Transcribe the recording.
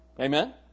Amen